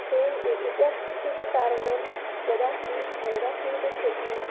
ते इत्यादि कारणेन यदा क्री यदा क्रीडिष्यन्ति